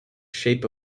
shape